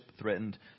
threatened